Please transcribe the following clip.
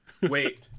wait